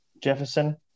Jefferson